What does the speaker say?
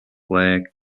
flag